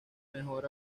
mejor